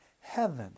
heaven